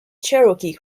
cherokee